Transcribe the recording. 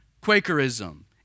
Quakerism